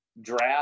draft